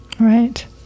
Right